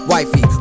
Wifey